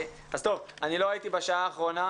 אני לא הייתי בשעה האחרונה,